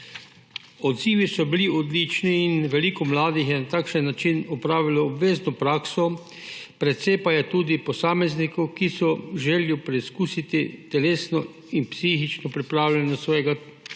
vojske. Odzivi so bili odlični in veliko mladih je na takšen način opravilo obvezno prakso, precej pa je tudi posameznikov, ki so želeli preizkusiti telesno in psihično pripravljenost.